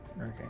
Okay